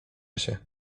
się